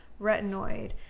retinoid